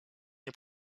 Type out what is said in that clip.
nie